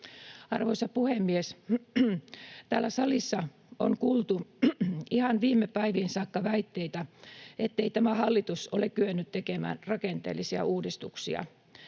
Arvoisa puhemies! Täällä salissa on kuultu ihan viime päiviin saakka väitteitä, ettei tämä hallitus ole kyennyt tekemään rakenteellisia uudistuksia.